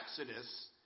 Exodus